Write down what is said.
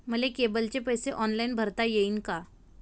मले केबलचे पैसे ऑनलाईन भरता येईन का?